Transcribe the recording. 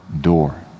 door